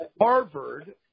Harvard